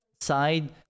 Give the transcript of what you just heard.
side